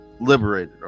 liberated